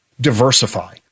Diversify